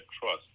trust